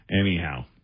Anyhow